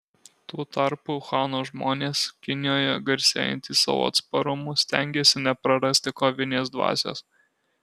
tuo tarpu uhano žmonės kinijoje garsėjantys savo atsparumu stengiasi neprarasti kovinės dvasios